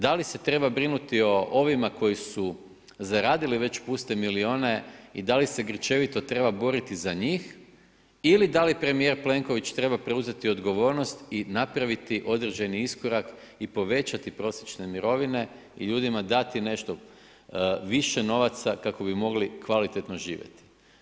Da li se treba brinuti o ovima koji su zaradili već puste milijune i da li se grčevito treba boriti za njih ili da li premijer Plenković treba preuzeti odgovornost i napraviti određeni iskorak i povećati prosječne mirovine i ljudima dati nešto više novaca kako bi mogli kvalitetno živjeti?